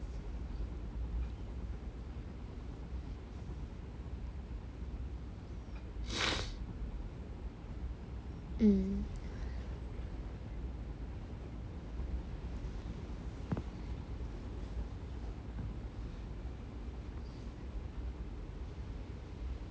mm